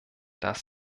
das